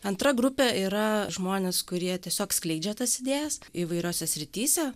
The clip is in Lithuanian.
antra grupė yra žmonės kurie tiesiog skleidžia tas idėjas įvairiose srityse